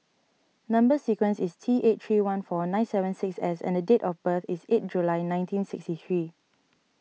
Number Sequence is T eight three one four nine seven six S and date of birth is eighth July nineteen sixty three